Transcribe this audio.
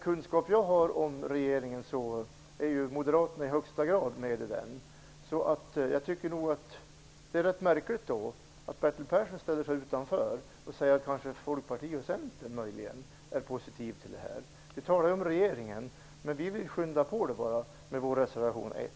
Moderaterna är ju i högsta grad engagerade i regeringen, och det är då rätt märkligt att Bertil Persson ställer sig vid sidan om och säger att Folkpartiet och Centern möjligen är positiva till det här. Det är regeringens uppfattning som vi talar om. Vi vill med vår reservation 1 bara att frågans behandling påskyndas.